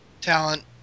talent